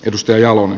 edustaja om